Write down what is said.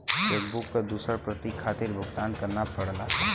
check book क दूसर प्रति खातिर भुगतान करना पड़ला